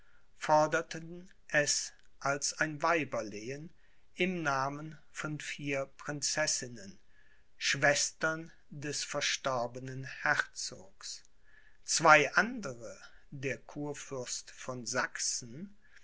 forderten es als ein weiberlehen im namen von vier prinzessinnen schwestern des verstorbenen herzogs zwei andere der kurfürst von sachsen